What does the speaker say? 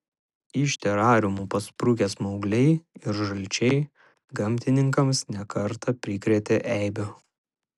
iš terariumų pasprukę smaugliai ir žalčiai gamtininkams ne kartą prikrėtė eibių